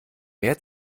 mehr